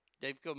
Dave